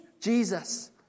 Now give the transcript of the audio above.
Jesus